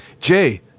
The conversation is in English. Jay